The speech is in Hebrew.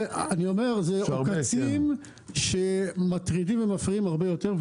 אלה עוקצים שמטרידים ומפריעים הרבה יותר.